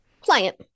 Client